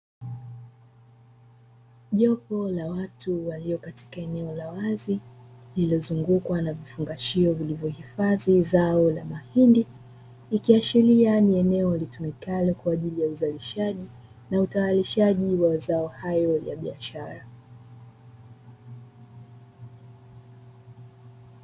Jopo la watu walio katika eneo la wazi lililozungukwa na vifungashio vilivyohifadhi zao la mahindi, ikiashiria ni eneo litumikalo kwa ajili ya uzalishaji na utayarishaji wa mazao hayo ya biashara.